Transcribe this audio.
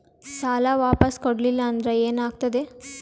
ಸಾಲ ವಾಪಸ್ ಕೊಡಲಿಲ್ಲ ಅಂದ್ರ ಏನ ಆಗ್ತದೆ?